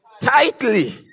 tightly